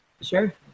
Sure